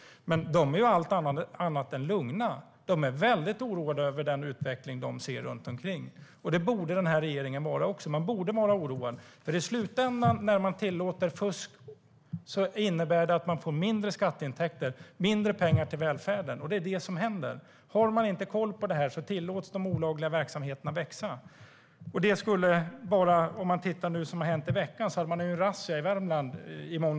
Men de är allt annat än lugna. De är väldigt oroade över den utveckling som de ser, och det borde även regeringen vara. Man borde vara oroad, för när man tillåter fusk innebär det i slutändan att man får mindre skatteintäkter, mindre pengar till välfärden, och det är det som händer. Har man inte koll på det här tillåts de olagliga verksamheterna växa.I måndags hade man en razzia i Värmland.